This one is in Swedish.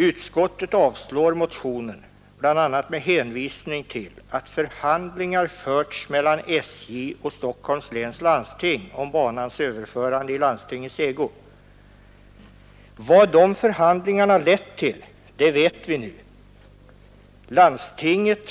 Utskottet avstyrker motionen bl.a. med hänvisning till att förhandlingar förts mellan SJ och Stockholms läns landsting om banans överförande i landstingets ägo. Vad de förhandlingarna ledde till vet vi nu. Landstinget